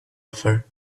offer